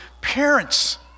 parents